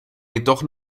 jedoch